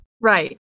Right